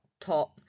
top